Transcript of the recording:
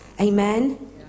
Amen